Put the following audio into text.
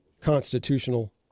constitutional